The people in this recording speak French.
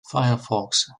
firefox